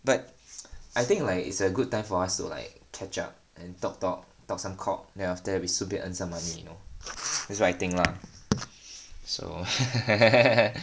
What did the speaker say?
but I think like is a good time for us to like catch up and talk talk talk some cock then after we 顺便 earn some money you know that's what I think lah so